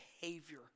behavior